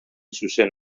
zuzen